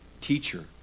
teacher